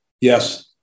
Yes